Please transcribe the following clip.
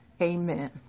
Amen